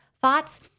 thoughts